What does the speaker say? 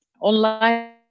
online